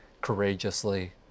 courageously